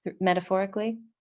metaphorically